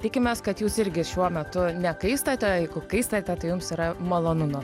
tikimės kad jūs irgi šiuo metu nekaistate o jeigu kaistate tai jums yra malonumas